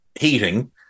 heating